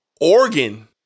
Oregon –